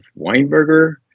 Weinberger